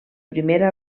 primera